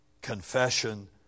confession